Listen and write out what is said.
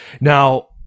now